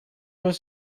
was